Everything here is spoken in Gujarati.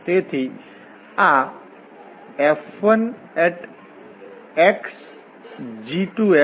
તેથી આ F1xg2 F1xg1 હતું